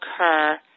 occur